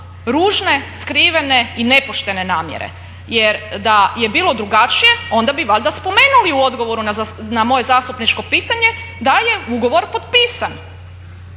ružne, skrivene i nepoštene namjere jer da je bilo drugačije onda bi valjda spomenuli u odgovoru na moje zastupničko pitanje da je ugovor potpisan.